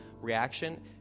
reaction